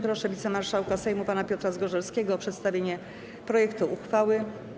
Proszę wicemarszałka Sejmu pana Piotra Zgorzelskiego o przedstawienie projektu uchwały.